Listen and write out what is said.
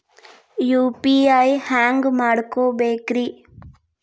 UPI ಹ್ಯಾಂಗ ಮಾಡ್ಕೊಬೇಕ್ರಿ?